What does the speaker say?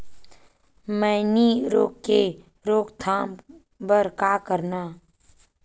मैनी रोग के रोक थाम बर का करन?